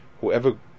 whoever